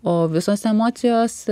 o visos emocijos